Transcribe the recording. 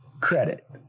credit